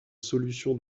solution